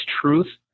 truth